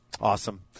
Awesome